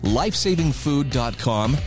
lifesavingfood.com